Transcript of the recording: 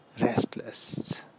restless